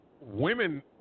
women